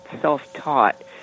self-taught